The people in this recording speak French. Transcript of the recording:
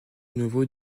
nouveau